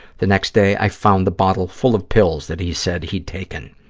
the next day, i found the bottle full of pills that he said he'd taken.